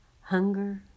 hunger